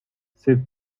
ces